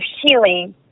healing